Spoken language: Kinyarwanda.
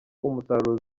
umusaruro